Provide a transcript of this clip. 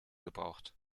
gebraucht